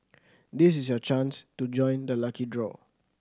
this is your chance to join the lucky draw